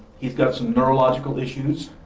he's got some neurological issues